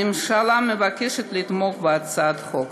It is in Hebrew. הממשלה מבקשת לתמוך בהצעת החוק.